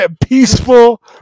peaceful